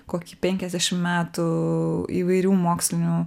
kokį penkiasdešim metų įvairių mokslinių